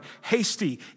hasty